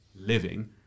living